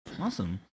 Awesome